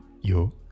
yo